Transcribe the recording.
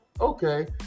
Okay